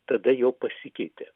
tada jau pasikeitė